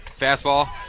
Fastball